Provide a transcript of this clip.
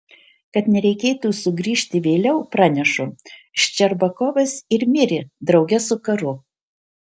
kad nereikėtų sugrįžti vėliau pranešu ščerbakovas ir mirė drauge su karu